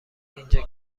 اینجا